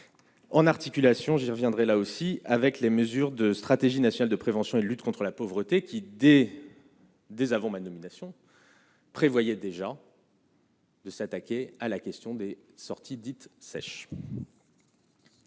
En articulation je reviendrai là aussi avec les mesures de stratégie nationale de prévention et de lutte contre la pauvreté qui dès dès avant ma nomination. Prévoyait déjà. De s'attaquer à la question des sorties dites sèches.